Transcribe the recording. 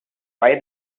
why